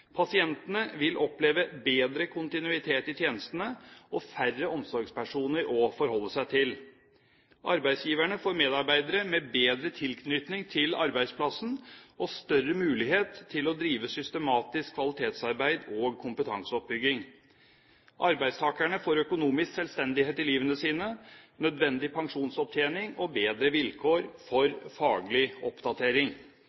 Pasientene vil oppleve bedre kontinuitet i tjenestene og færre omsorgspersoner å forholde seg til. Arbeidsgiverne får medarbeidere med bedre tilknytning til arbeidsplassen og større mulighet til å drive systematisk kvalitetsarbeid og kompetanseoppbygging. Arbeidstakerne får økonomisk selvstendighet i livet sitt, nødvendig pensjonsopptjening og bedre vilkår